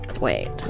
Wait